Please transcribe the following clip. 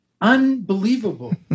Unbelievable